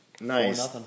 Nice